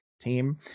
team